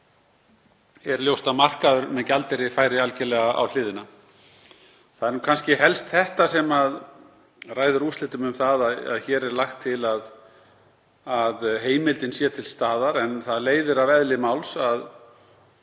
er ljóst að markaður með gjaldeyri færi algerlega á hliðina. Það er kannski helst þetta sem ræður úrslitum um að hér er lagt til að heimildin sé til staðar. En það leiðir af eðli máls að